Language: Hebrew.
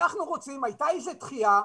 הייתה איזה דחייה,